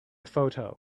photo